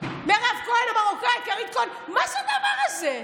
מירב כהן המרוקאית, מה זה הדבר הזה?